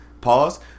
Pause